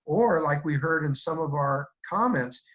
or like we heard in some of our comments,